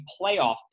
playoff